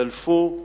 דלפו,